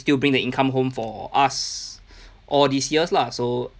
still bring the income home for us all these years lah so